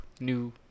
new